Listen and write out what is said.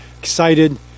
Excited